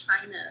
China